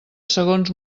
segons